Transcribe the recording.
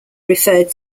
referred